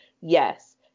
yes